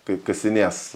kaip kasinės